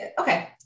Okay